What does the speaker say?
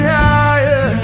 higher